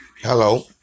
Hello